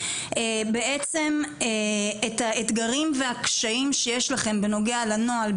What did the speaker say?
את האתגרים והקשיים שיש לכם בנוגע לנוהל,